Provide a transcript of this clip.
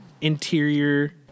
interior